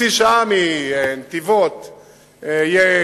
חצי שעה יהיה להגיע מנתיבות לתל-אביב?